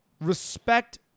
Respect